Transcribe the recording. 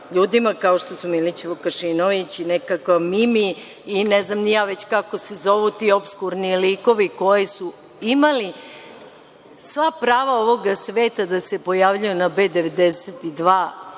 kao što su Milić Vukašinović, nekakva Mimi, i ne znam ni ja kako se zovu ti opskurni likovi koji su imali sva prava ovoga sveta da se pojavljuju na B92.